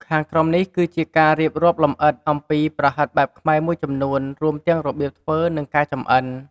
ខាងក្រោមនេះគឺជាការរៀបរាប់លម្អិតអំពីប្រហិតបែបខ្មែរមួយចំនួន រួមទាំងរបៀបធ្វើ និងការចំអិន។